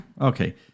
Okay